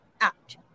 out